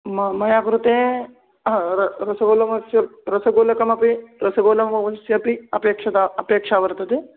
म मया कृते हा र रसगोलकमस्य रसगोलकमपि रसगोलकमस्यापि अपेक्षिता अपेक्षा वर्तते